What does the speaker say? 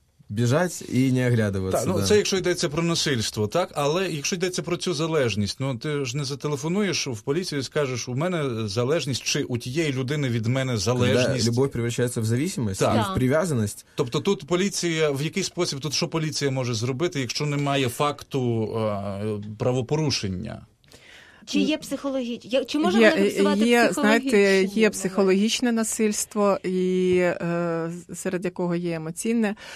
Біжать і не оглядуватися, Так, ну, да. це якщо йдеться про насильство, так? Але якщо йдеться про цю залежність, ну, ти ж не зателефонуєш в поліцію і скажеш, «У мене залежність, чи у тієї людини від мене залежність». Да, любов превращається в зависимость і Так. в прив'язаність. Тобто тут поліція, в який спосіб, тут що поліція може зробити, якщо немає факту, а, правопорушення? Чи є психологічне, я- чи може Є, вона е, фіксувати е, є, знаєте, психологічний є момент? психологічне насильство, і, е, з- серед якого є емоційне.